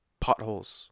potholes